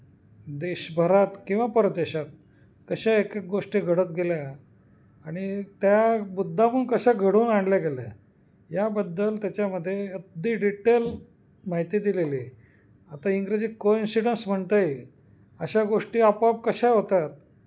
देशभरात किंवा परदेशात कशा एकेक गोष्टी घडत गेल्या आणि त्या मुद्दामहून कशा घडवून आणल्या गेल्या याबद्दल त्याच्यामध्ये अगदी डिटेल माहिती दिलेली आहे आता इंग्रजी कोइन्सिडन्स म्हणता येईल अशा गोष्टी आपोआप कशा होतात